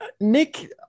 Nick